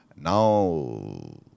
Now